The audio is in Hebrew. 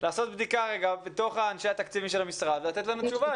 שתעשי בדיקה בין אנשי התקציבים של המשרד ותתני לנו תשובה.